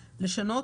לשנות,